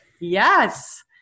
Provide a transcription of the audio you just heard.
yes